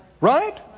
Right